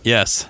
Yes